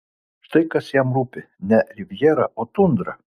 štai kas jam rūpi ne rivjera o tundra